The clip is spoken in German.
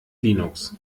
linux